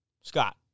Scott